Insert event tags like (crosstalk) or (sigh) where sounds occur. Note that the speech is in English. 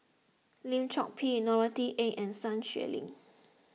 Lim Chor Pee Norothy Ng and Sun Xueling (noise)